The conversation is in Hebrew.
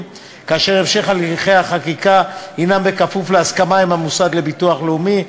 והמשך הליכי החקיקה יהיה בכפוף להסכמה עם המוסד לביטוח לאומי,